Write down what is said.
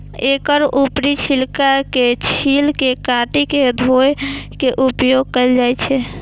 एकर ऊपरी छिलका के छील के काटि के धोय के उपयोग कैल जाए छै